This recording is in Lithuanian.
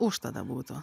už tada būtų